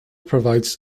provides